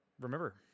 remember